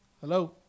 Hello